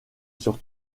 sur